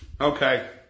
Okay